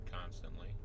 constantly